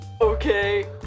Okay